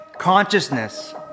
Consciousness